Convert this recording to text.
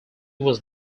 was